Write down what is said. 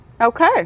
Okay